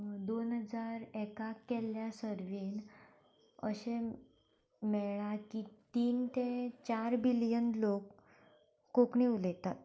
दोन हजार एकाक केल्ल्या सरवेन अशें मेळ्ळां की तीन ते चार बिलीयन लोक कोंकणी उलयतात